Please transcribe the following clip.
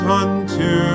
unto